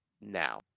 now